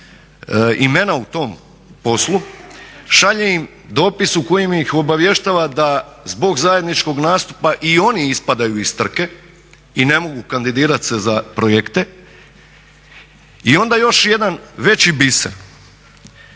imena u tom poslu šalje im dopis u kojem ih obavještava da zbog zajedničkog nastupa i oni ispadaju iz trke i ne mogu kandidirati se za projekte. I onda još jedan veći biser.